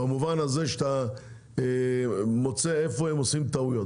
במובן הזה שאתה מוצא איפה הם עושים טעויות.